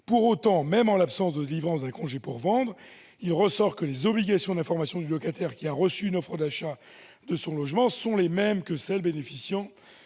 Pour autant, même en l'absence de délivrance d'un congé pour vendre, il ressort que les obligations d'information du locataire qui a reçu une offre d'achat de son logement sont les mêmes que celles bénéficiant